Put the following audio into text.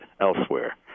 elsewhere